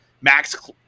Max